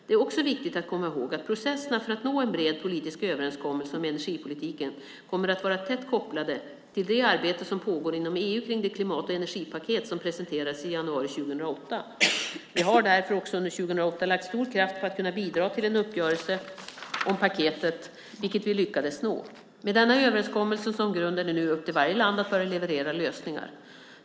Det är också viktigt att komma ihåg att processerna för att nå en bred politisk överenskommelse om energipolitiken kommer att vara tätt kopplade till det arbete som pågår inom EU kring det klimat och energipaket som presenterades i januari 2008. Vi har därför också under 2008 lagt stor kraft på att kunna bidra till en uppgörelse om paketet, vilket vi lyckats nå. Med denna överenskommelse som grund är det nu upp till varje land att börja leverera lösningar.